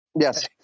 Yes